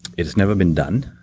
it has never been done